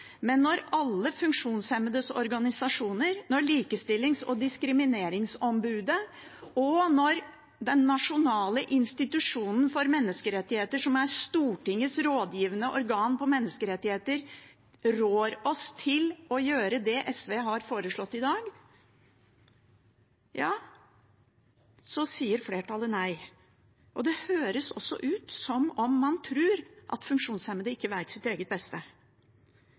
Men når alle funksjonshemmedes organisasjoner, Likestillings- og diskrimineringsombudet og Norges institusjon for menneskerettigheter, som er Stortingets rådgivende organ på menneskerettigheter, rår oss til å gjøre det SV har foreslått i dag, så sier flertallet nei. Det høres også ut som om man tror at funksjonshemmede ikke vet sitt eget beste.